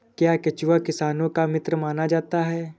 क्या केंचुआ किसानों का मित्र माना जाता है?